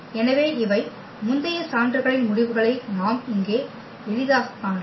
எனவே இவை முந்தைய சான்றுகளின் முடிவுகளை நாம் இங்கே எளிதாகக் காணலாம்